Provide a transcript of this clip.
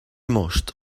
most